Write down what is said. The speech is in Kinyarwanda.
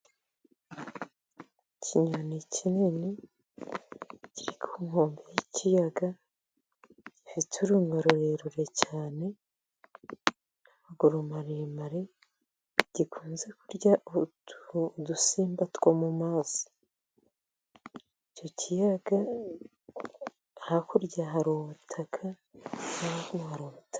Ikinyoni kinini kiri ku nkombe y'ikiyaga. Gifite urumwa rurerure cyane n'amaguru maremare, gikunze kurya utudusimba two mu mazi. Icyo kiyaga hakurya hari ubutaka.